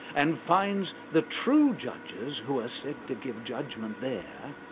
and finds the true judges who are said to give judgement there.